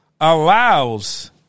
allows